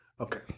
Okay